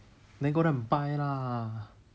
then go down and buy lah